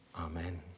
Amen